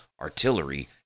artillery